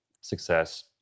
Success